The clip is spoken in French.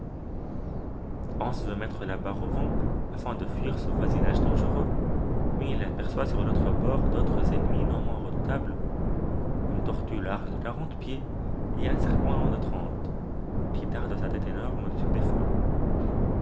hans veut mettre la barre au vent afin de fuir ce voisinage dangereux mais il aperçoit sur l'autre bord d'autres ennemis non moins redoutables une tortue large de quarante pieds et un serpent long de trente qui darde sa tête énorme au-dessus des flots